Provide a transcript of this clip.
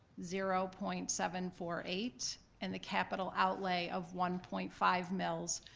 zero point seven four eight, and the capital outlay of one point five mills.